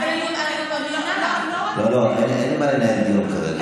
לא רק זה, לא, אין מה לנהל דיון כרגע.